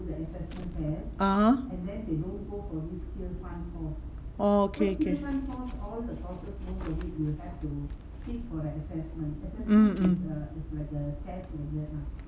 (uh huh) orh okay okay mm mm